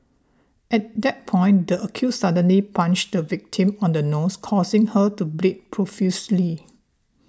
at that point the accused suddenly punched the victim on the nose causing her to bleed profusely